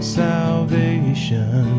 salvation